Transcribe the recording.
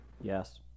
Yes